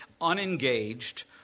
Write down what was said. unengaged